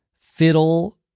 fiddle